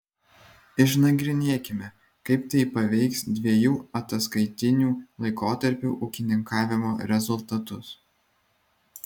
išnagrinėkime kaip tai paveiks dviejų ataskaitinių laikotarpių ūkininkavimo rezultatus